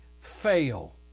fail